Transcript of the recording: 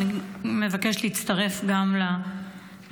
גם אני מבקשת להצטרף לניחומים,